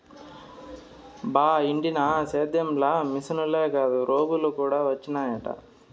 బా ఇంటినా సేద్యం ల మిశనులే కాదు రోబోలు కూడా వచ్చినయట